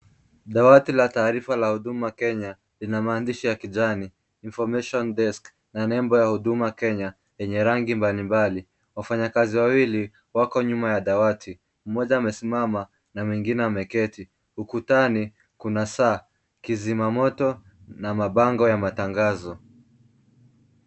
Dawati la taarifa la Huduma Kenya lina maandishi ya kijani information desk na nembo ya Huduma Kenya yenye rangi mbalimbali. Wafanyakazi wawili wako nyuma ya dawati mmoja amesimama na mwingine ameketi. Ukutani kuna saa, kizimamoto na mabango ya matangazo.